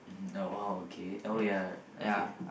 mm !wow! okay oh yeah okay